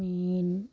മീൻ